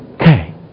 Okay